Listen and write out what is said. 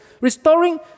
Restoring